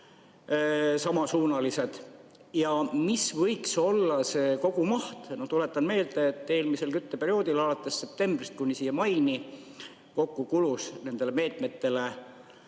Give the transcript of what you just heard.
Mis võiks olla see kogumaht? Tuletan meelde, et eelmisel kütteperioodil, alates septembrist kuni maini, kulus nendele meetmetele